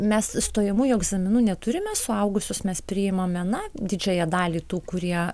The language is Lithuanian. mes stojamųjų egzaminų neturime suaugusius mes priimame na didžiąją dalį tų kurie